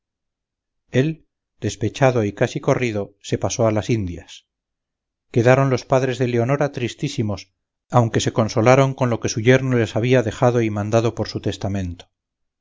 él despechado y casi corrido se pasó a las indias quedaron los padres de leonora tristísimos aunque se consolaron con lo que su yerno les había dejado y mandado por su testamento